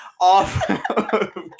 Off